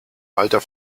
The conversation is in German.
alter